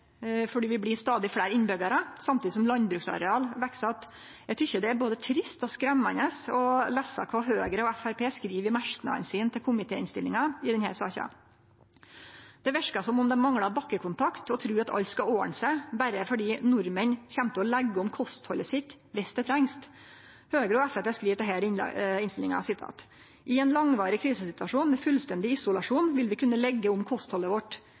fordi vi blir stadig fleire innbyggjarar, samtidig som landbruksareal veks att. Eg tykkjer det er både trist og skremmande å lese kva Høgre og Framstegspartiet skriv i merknadene sine til komitéinnstillinga i denne saka. Det verkar som om dei manglar bakkekontakt og trur at alt skal ordne seg berre fordi nordmenn kjem til å leggje om kosthaldet sitt viss det trengst. Høgre og Framstegspartiet skriv dette i innstillinga: «I en langvarig krisesituasjon med fullstendig isolasjon vil vi kunne legge om kostholdet vårt.